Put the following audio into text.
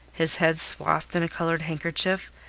his head swathed in a coloured handkerchief,